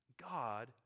God